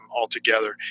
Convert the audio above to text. altogether